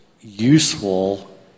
useful